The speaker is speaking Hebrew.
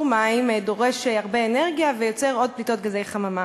מים דורש הרבה אנרגיה ויוצר עוד פליטות גזי חממה.